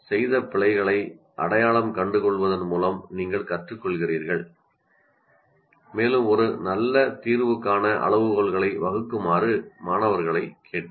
செய்த பிழைகளை அடையாளம் கண்டுகொள்வதன் மூலம் நீங்கள் கற்றுக் கொள்கிறீர்கள் மேலும் ஒரு நல்ல தீர்வுக்கான அளவுகோல்களை வகுக்குமாறு மாணவர்களைக் கேட்கிறார்